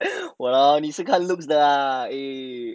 !walao! 你是看 looks 的 ah eh